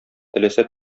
теләсә